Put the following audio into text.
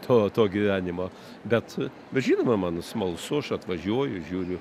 to to gyvenimo bet bet žinoma man smalsu aš atvažiuoju žiūriu